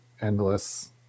endless